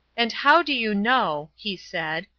and how do you know, he said,